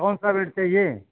कौन सा बेड चाहिए